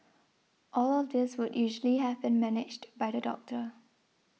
all of this would usually have been managed by the doctor